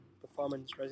performance